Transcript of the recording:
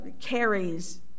carries